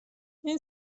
این